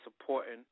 supporting